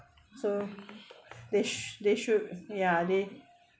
so they sh~ they should ya they